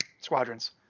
Squadrons